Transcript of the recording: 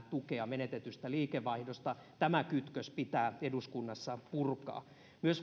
tukea menetetystä liikevaihdosta tämä kytkös pitää eduskunnassa purkaa myös